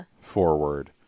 forward